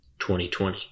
2020